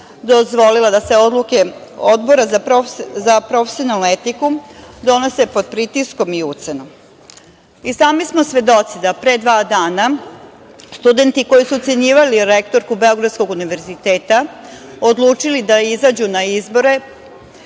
dozvolila da se odluke Odbora za profesionalnu etiku donose pod pritiskom i ucenom. Sami smo svedoci da pre dva dana studenti koji su ocenjivali rektorku Beogradskog univerziteta odlučili da izađu na izbore